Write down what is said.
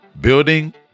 Building